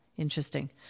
Interesting